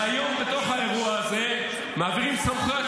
--- היום בתוך האירוע הזה מעבירים סמכויות